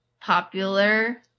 popular